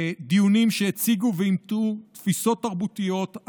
דיונים שהציגו ועימתו תפיסות תרבותיות,